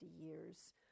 years